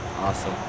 Awesome